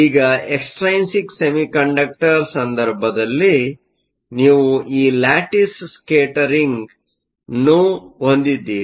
ಈಗ ಎಕ್ಸ್ಟ್ರೈನ್ಸಿಕ್ ಸೆಮಿಕಂಡಕ್ಟರ್ನ ಸಂದರ್ಭದಲ್ಲಿ ನೀವು ಈ ಲ್ಯಾಟಿಸ್ ಸ್ಕೇಟರಿಂಗ್ ಅನ್ನು ಹೊಂದಿದ್ದೀರಿ